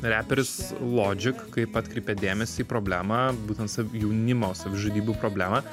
reperis lodžik kaip atkreipė dėmesį į problemą būtent sa jaunimo savižudybių problemą